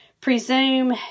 presume